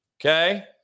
Okay